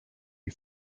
you